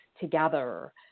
together